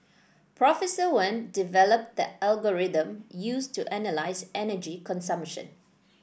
Professor Wen developed the algorithm used to analyse energy consumption